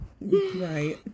Right